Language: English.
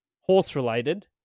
horse-related